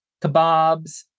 kebabs